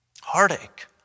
heartache